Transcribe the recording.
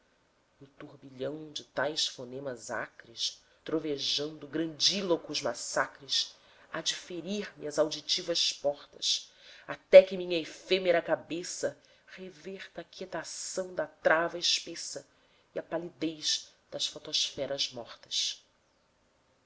o turbilhão de tais fonemas acres trovejando grandíloquos massacres há-de ferir me as auditivas portas até que minha efêmera cabeça reverta à quietação datrava espessa e à palidez das fotosferas mortas